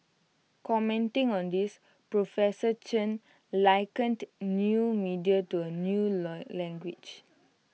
commenting on this professor Chen likened new media to A new learn language